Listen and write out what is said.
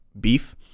beef